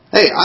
Hey